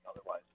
otherwise